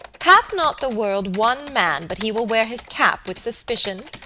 hath not the world one man but he will wear his cap with suspicion?